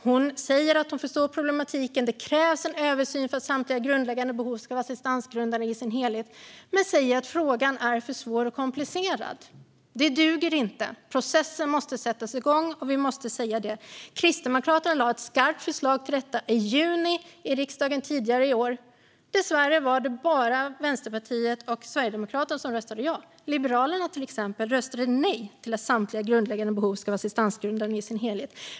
Hon säger att hon förstår problematiken - det krävs en översyn för att samtliga grundläggande behov ska vara assistansgrundande i sin helhet - men säger att frågan är för svår och komplicerad. Det duger inte. Processen måste sättas igång, och vi måste säga det. Kristdemokraterna lade fram ett skarpt förslag om detta i riksdagen i juni i år. Dessvärre var det bara Vänsterpartiet och Sverigedemokraterna som röstade ja. Liberalerna, till exempel, röstade nej till att samtliga grundläggande behov skulle vara assistansgrundande i sin helhet.